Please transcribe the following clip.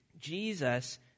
Jesus